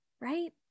right